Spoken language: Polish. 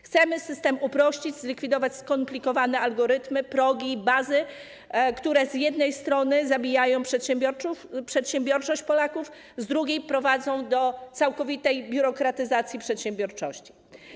Chcemy system uprościć, zlikwidować skomplikowane algorytmy, progi, bazy, które z jednej strony zabijają przedsiębiorczość Polaków, z drugiej prowadzą do całkowitej biurokratyzacji przedsiębiorczości.